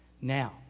Now